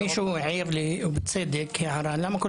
מישהו העיר לי בצדק הערה למה כל